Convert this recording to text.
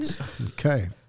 Okay